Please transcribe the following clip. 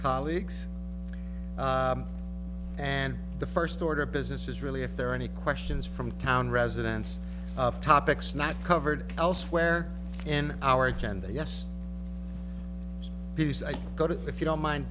colleagues and the first order of business is really if there are any questions from town residents of topics not covered elsewhere in our agenda yes these i go to if you don't mind